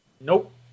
Nope